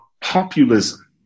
populism